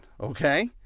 Okay